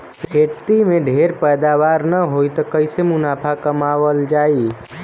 खेती में ढेर पैदावार न होई त कईसे मुनाफा कमावल जाई